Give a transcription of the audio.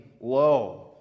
low